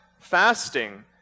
fasting